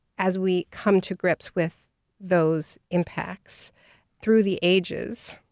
as we come to grips with those impacts through the ages,